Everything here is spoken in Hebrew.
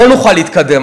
לא נוכל להתקדם.